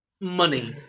money